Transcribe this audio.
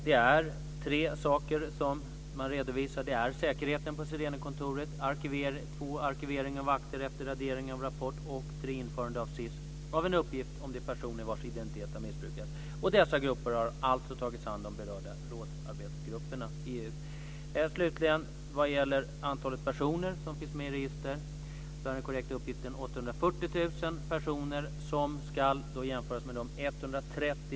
Det är tre saker som redovisas, nämligen säkerheten på Sirenekontoret, arkivering av akter efter radering av rapport och införande i SIS av en uppgift om de personer vars identitet har missbrukats. Dessa grupper har tagits hand om av de berörda rådsarbetsgrupperna i Den korrekta uppgiften om personer som finns med i register är 840 000, som ska jämföras med 130